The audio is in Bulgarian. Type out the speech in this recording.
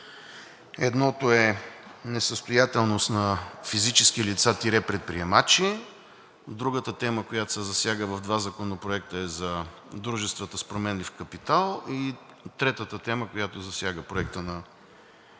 Едното е несъстоятелност на физически лица – предприемачи, другата тема, която се засяга в два законопроекта, е за дружествата с променлив капитал и третата тема, която засяга проекта на